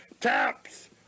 Taps